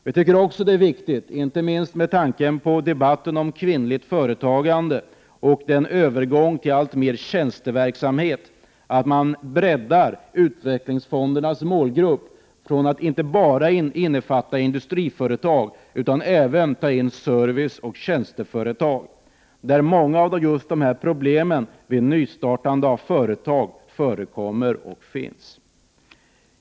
Vi tycker också att det är viktigt, inte minst med tanke på debatten om kvinnligt företagande och övergången till mer tjänsteverksamhet, att man breddar utvecklingsfondernas målgrupp till att inte bara innefatta industriföretag utan även ta in serviceoch tjänsteföretag. Många av problemen vid nystartande av företag finns just här.